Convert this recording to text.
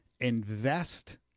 invest